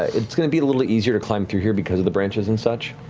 it's going to be a little easier to climb through here because of the branches and such.